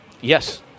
Yes